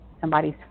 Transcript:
somebody's